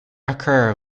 occur